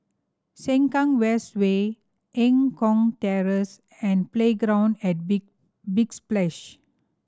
Sengkang West Way Eng Kong Terrace and Playground at Big Big Splash